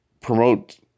promote